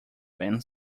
fan